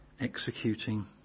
executing